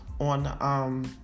on